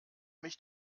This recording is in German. mich